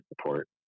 support